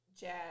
Jazz